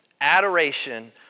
Adoration